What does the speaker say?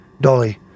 Dolly